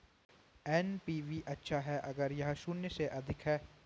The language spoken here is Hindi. एन.पी.वी अच्छा है अगर यह शून्य से अधिक है